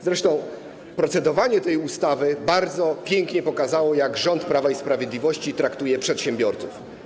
Zresztą procedowanie tej ustawy bardzo pięknie pokazało, jak rząd Prawa i Sprawiedliwości traktuje przedsiębiorców.